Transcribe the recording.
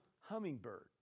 hummingbird